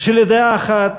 שלדעה אחת